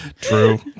True